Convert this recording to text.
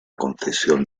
concesión